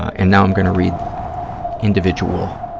and now going to read individual,